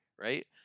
right